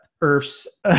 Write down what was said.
earth's